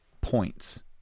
points